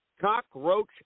Cockroach